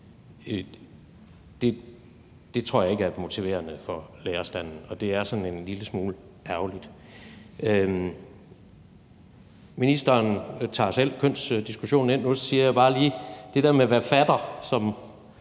Det tror jeg ikke er motiverende for lærerstanden, og det er sådan en lille smule ærgerligt. Ministeren tager selv kønsdiskussionen op, og nu nævner jeg bare lige det der med »hvad fatter gør«,